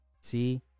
see